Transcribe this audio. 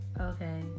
Okay